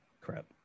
crap